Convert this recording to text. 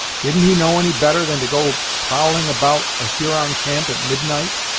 didn't he know any better than to go prowling about a huron camp at midnight,